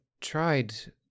tried